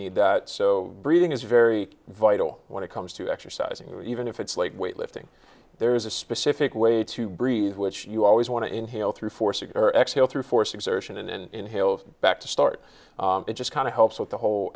need that so breathing is very vital when it comes to exercising or even if it's like weightlifting there is a specific way to breathe which you always want to inhale through force or exhale through force exertion and in back to start it just kind of helps with the whole